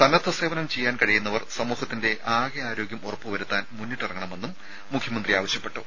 സന്നദ്ധ സേവനം ചെയ്യാൻ കഴിയുന്നവർ സമൂഹത്തിന്റെ ആകെ ആരോഗ്യം ഉറപ്പു വരുത്താൻ മുന്നിട്ടിറങ്ങണമെന്നും മുഖ്യമന്ത്രി ആവശ്യപ്പെട്ടു